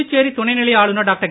புதுச்சேரி துணைநிலை ஆளுனர் டாக்டர்